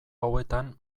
hauetan